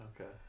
Okay